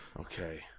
Okay